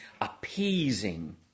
appeasing